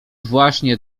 właśnie